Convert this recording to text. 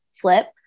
flip